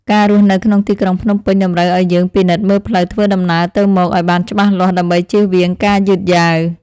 ការរស់នៅក្នុងទីក្រុងភ្នំពេញតម្រូវឱ្យយើងពិនិត្យមើលផ្លូវធ្វើដំណើរទៅមកឱ្យបានច្បាស់លាស់ដើម្បីជៀសវាងការយឺតយ៉ាវ។